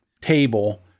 table